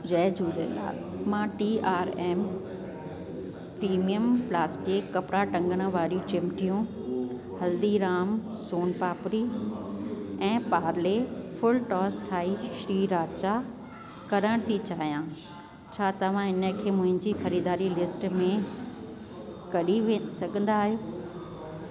जय झूलेलाल मां T R M premium plastic कपिड़ा टंगन वारी चिमटियूं हल्दीराम सोन पापड़ी ऐं पारले फुलटॉस थाई स्टील सांचा करण थी चाहियां छा तव्हां इन खे मुंहिंजी ख़रीदारी लिस्ट में कढी सघंदा आहियो